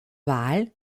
wahl